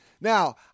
Now